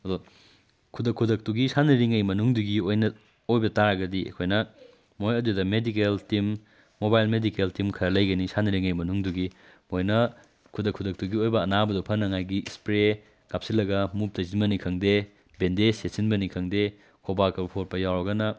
ꯑꯗꯣ ꯈꯨꯗꯛ ꯈꯨꯗꯛꯇꯨꯒꯤ ꯁꯥꯟꯅꯔꯤꯉꯩ ꯃꯅꯨꯡꯗꯨꯒꯤ ꯑꯣꯏꯅ ꯑꯣꯏꯕ ꯇꯥꯔꯒꯗꯤ ꯑꯩꯈꯣꯏꯅ ꯃꯣꯏ ꯑꯗꯨꯗ medical team mobile medical team ꯈꯔ ꯂꯩꯒꯅꯤ ꯁꯥꯟꯅꯔꯤꯉꯩ ꯃꯅꯨꯡꯗꯨꯒꯤ ꯃꯣꯏꯅ ꯈꯨꯗꯛ ꯈꯨꯗꯛꯇꯨꯒꯤ ꯑꯣꯏꯕ ꯑꯅꯥꯕꯗꯣ ꯐꯅꯉꯥꯏꯒꯤ ꯏꯁꯄꯔꯦ ꯀꯥꯞꯁꯤꯜꯂꯒ ꯃꯨꯕ ꯇꯩꯁꯤꯟꯕꯅꯤ ꯈꯪꯗꯦ ꯕꯦꯟꯗꯦꯖ ꯌꯦꯠꯁꯤꯟꯕꯅꯤ ꯈꯪꯗꯦ ꯍꯣꯕꯥꯛꯄ ꯐꯣꯠꯄ ꯌꯥꯎꯔꯒꯅ